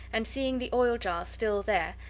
and, seeing the oil jars still there,